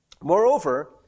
Moreover